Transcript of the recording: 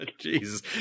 Jesus